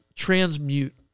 transmute